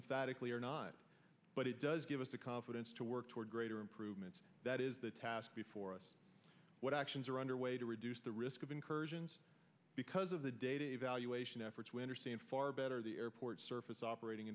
emphatically are not but it does give us the confidence to work toward greater improvements that is the task before us what actions are underway to reduce the risk of incursions because of the data evaluation efforts we understand far better the airport surface operating